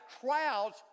crowds